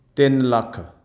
ਤਿੰਨ ਲੱਖ